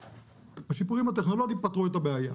השיפורים הטכנולוגיים פתרו את הבעיה.